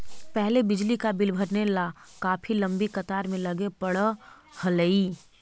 पहले बिजली का बिल भरने ला काफी लंबी कतार में लगे पड़अ हलई